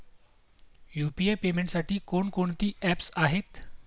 UPI पेमेंटसाठी कोणकोणती apps आहेत?